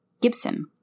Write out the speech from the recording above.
Gibson